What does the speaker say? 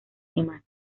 demás